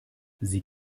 sie